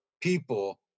people